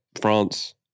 France